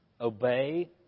Obey